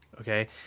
okay